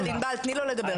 ענבל תני לו לדבר.